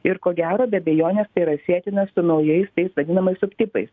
ir ko gero be abejonės tai yra sietina su naujais tais vadinamais subtipais